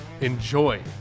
enjoy